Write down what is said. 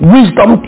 Wisdom